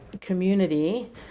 community